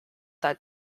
that